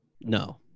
no